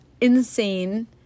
insane